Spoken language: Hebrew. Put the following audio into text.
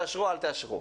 תאשרו או אל תאשרו.